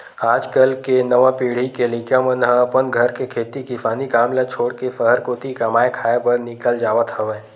आज कल के नवा पीढ़ी के लइका मन ह अपन घर के खेती किसानी काम ल छोड़ के सहर कोती कमाए खाए बर निकल जावत हवय